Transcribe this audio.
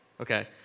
okay